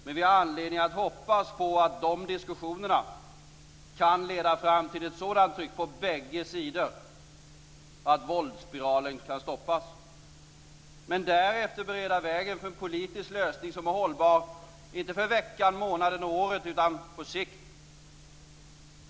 Men vi har anledning att hoppas på att de diskussionerna kan leda fram till ett sådant tryck på bägge sidor att våldsspiralen kan stoppas men därefter bereda vägen för en politisk lösning som är hållbar inte för veckan, månaden och året utan på sikt.